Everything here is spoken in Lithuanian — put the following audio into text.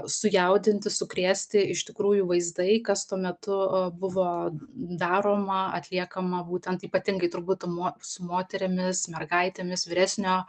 sujaudinti sukrėsti iš tikrųjų vaizdai kas tuo metu buvo daroma atliekama būtent ypatingai turbūt mo su moterimis mergaitėmis vyresnio